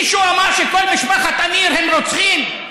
מישהו אמר שכל משפחת עמיר הם רוצחים?